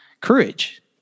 courage